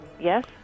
Yes